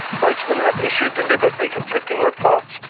spokesmen have issued deliberately conflicting reports.